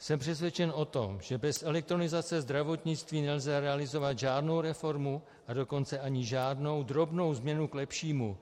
Jsem přesvědčen o tom, že bez elektronizace zdravotnictví nelze realizovat žádnou reformu, a dokonce ani žádnou drobnou změnu k lepšímu.